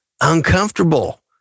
uncomfortable